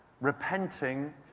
repenting